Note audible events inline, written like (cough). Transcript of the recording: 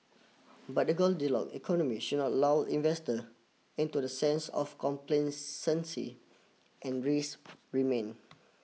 but the Goldilock economy should not lull investor into the sense of (unintelligible) and risk remain